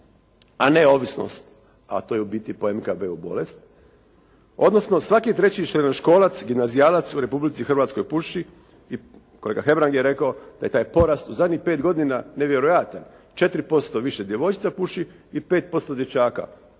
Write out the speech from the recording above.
a ne ovisnost, a to je u biti …/Govornik se ne razumije./… bolest, odnosno svaki treći srednjoškolac, gimnazijalac u Republici Hrvatskoj puši i kolega Hebrang je rekao da je taj porast u zadnjih 5 godina nevjerojatan. 4% više djevojčica puši i 5% dječaka.